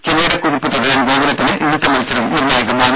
കീരിട കുതിപ്പ് തുടരാൻ ഗോകുലത്തിന് ഇന്നത്തെ മത്സരം നിർണായകമാണ്